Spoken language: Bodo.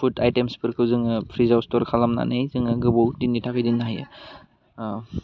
पुड आइटेमस फोरखौ जोङो प्रिसआव स्टर खालामनानै जोङो गोबाव दिननि थाखाय दोन्नो हायो ओह